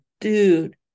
dude